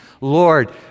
Lord